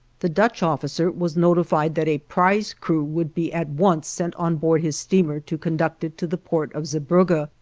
the dutch officer was notified that a prize crew would be at once sent on board his steamer to conduct it to the port of zeebrugge.